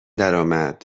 درآمد